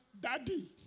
daddy